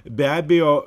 be abejo